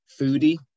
foodie